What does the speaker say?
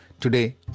today